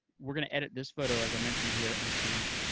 we're going to edit this photo, as i mentioned here, in just a minute.